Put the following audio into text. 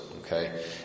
Okay